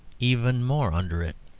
even more under it.